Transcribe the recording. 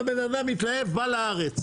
הבן אדם התלהב, בא לארץ.